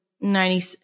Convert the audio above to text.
ninety